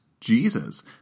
Jesus